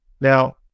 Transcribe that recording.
Now